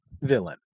villain